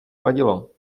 vadilo